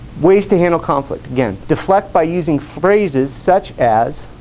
ways to handle conflict can deflect by using phrases such as